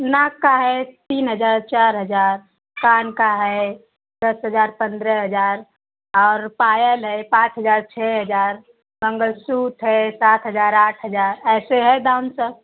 नाक का है तीन हजार चार हजार कान का है दस हजार पन्द्रह हजार और पायल है पाँच हजार छः हजार मंगलसूत्र सात हजार आठ हजार ऐसे है दाम सब